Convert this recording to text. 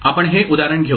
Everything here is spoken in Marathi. आपण हे उदाहरण घेऊ